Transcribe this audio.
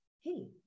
hey